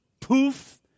poof